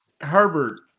Herbert